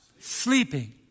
Sleeping